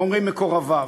אומרים מקורביו,